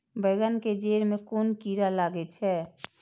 बेंगन के जेड़ में कुन कीरा लागे छै?